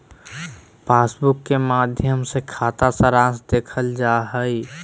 passbook के माध्मय से खाता सारांश देखल जा हय